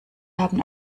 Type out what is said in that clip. haben